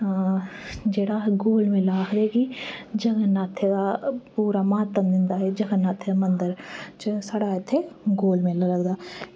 जेह्ड़ा गोल मेला आक्खदै की जगन्ननाथें दा महतव होंदा जगन्ननाथें दे मंदर ते जेह्का साढ़े इत्थें गोल मेला लगदा